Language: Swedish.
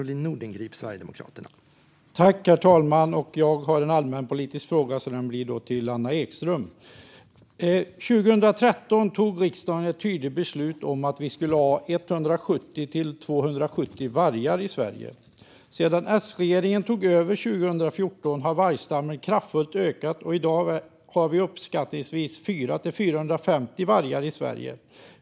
Herr talman! Jag har en allmänpolitisk fråga, så den blir till Anna Ekström. År 2013 fattade riksdagen ett tydligt beslut om att vi skulle ha 170-270 vargar i Sverige. Sedan S-regeringen tog över 2014 har vargstammen kraftfullt ökat. I dag har vi uppskattningsvis 400-450 vargar i Sverige.